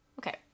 Okay